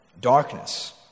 darkness